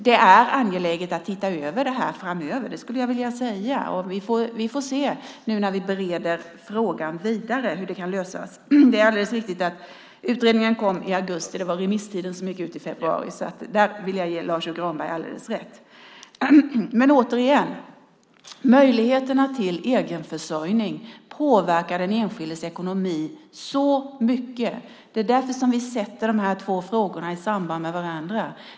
Det är angeläget att titta över det här framöver - det skulle jag vilja säga. Vi får se när vi bereder frågan vidare hur det kan lösas. Det är alldeles riktigt att utredningen kom i augusti. Det var remisstiden som gick ut i februari. Där vill jag ge Lars U Granberg alldeles rätt. Möjligheterna till egenförsörjning påverkar den enskildes ekonomi så mycket. Det är därför vi sätter de här två frågorna i samband med varandra.